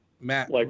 Matt